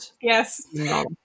Yes